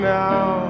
now